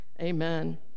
amen